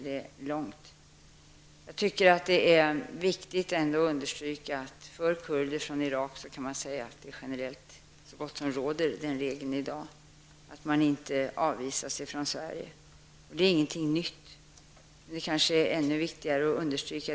Det är ändå viktigt att understryka att det generellt gäller den regeln i dag för kurder från Irak, att de inte avvisas från Sverige, men detta är ingenting nytt.